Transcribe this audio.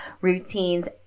routines